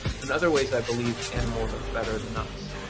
but in other ways, i believe animals are better than us.